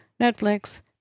Netflix